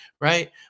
Right